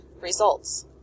results